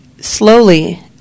slowly